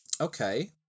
Okay